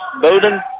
Bowden